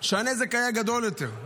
שהנזק היה גדול יותר.